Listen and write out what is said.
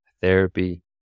therapy